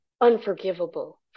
unforgivable